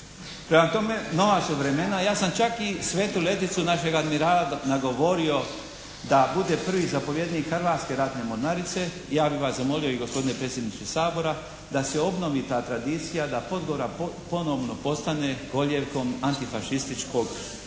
Prema tome nova su vremena. Ja sam čak i Svetu Leticu našeg admirala nagovorio da bude prvi zapovjednik Hrvatske ratne mornarice. Ja bih vas zamolio i gospodine predsjedniče Sabora da se obnovi ta tradicija, da Podgora ponovo postane kolijevkom antifašističkog